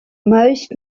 most